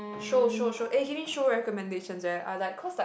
show show show eh give me show recommendations eh I was like cause like